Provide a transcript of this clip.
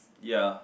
ya